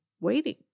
waiting